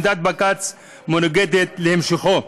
עמדת בג"ץ מנוגדת להמשכו.